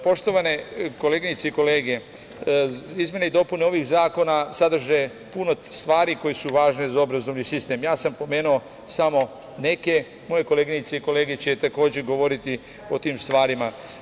Poštovane koleginice i kolege, izmene i dopune ovih zakona sadrže puno stvari koje su važne za obrazovni sistem, ja sam pomenuo samo neke, moje koleginice i kolege će takođe govoriti o tim stvarima.